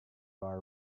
bar